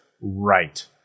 right